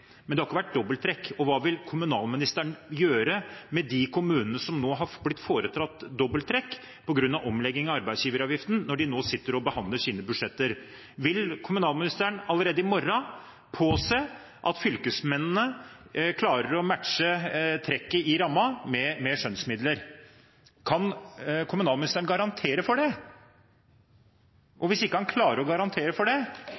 men det har ikke vært dobbelttrekk. Og hva vil kommunalministeren gjøre med hensyn til de kommunene som har fått dobbelttrekk på grunn av omlegging av arbeidsgiveravgiften, når de nå sitter og behandler sine budsjetter? Vil kommunalministeren allerede i morgen påse at fylkesmennene klarer å matche trekket i rammen med skjønnsmidler? Kan kommunalministeren garantere for det? Hvis han ikke klarer å garantere for det,